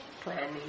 Planning